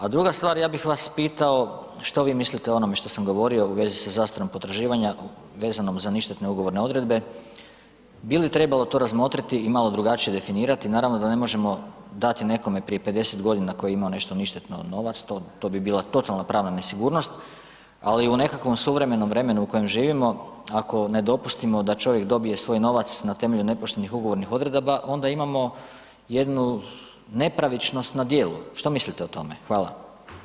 A druga stvar, ja bih vas pitao što vi mislite o onome što sam govorio u vezi sa zastarom potraživanja vezanom za ništetne ugovorne odredbe, bi li trebalo to razmotriti i malo drugačije definirati, naravno da ne možemo dati nekome prije 50 g. koji je imao nešto ništetno novac, to bi bila totalna pravna nesigurnost ali u nekakvom suvremenom vremenu u kojem živimo, ako ne dopustimo da čovjek dobije svoj novac na temelju nepoštenih ugovornih odredaba onda imamo jednu nepravičnost na djelu, što mislite o tome?